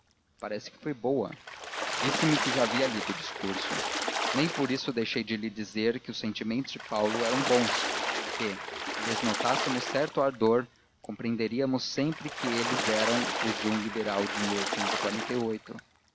parece que foi boa disse-me que já havia lido o discurso nem por isso deixei de lhe dizer que os sentimentos de paulo eram bons que se lhes notávamos certo ardor compreendíamos sempre que eles eram os de um liberal de